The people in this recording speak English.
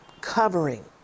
covering